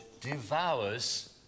devours